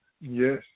Yes